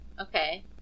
Okay